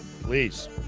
Please